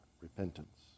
repentance